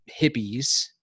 hippies